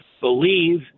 believe